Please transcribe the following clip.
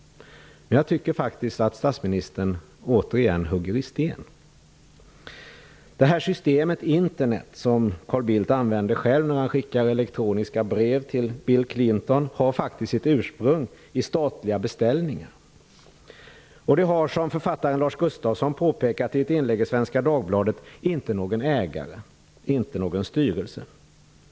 Men jag tycker faktiskt att statsministern återigen hugger i sten. Internet, det system som Carl Bildt använder när han skickar elektroniska brev till Bill Clinton, har sitt ursprung i statliga beställningar. Det har, som författaren Lars Gustafsson påpekat i ett inlägg i Svenska Dagbladet, inte någon ägare eller styrelse.